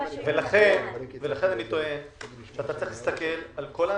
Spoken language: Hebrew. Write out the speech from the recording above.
לכן אני טוען שאתה צריך להסתכל על כל הענפים.